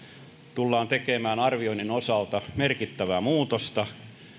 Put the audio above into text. tullaan tekemään arvioinnin osalta merkittävää muutosta